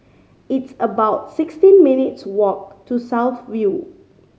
it's about sixteen minutes' walk to South View